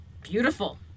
Beautiful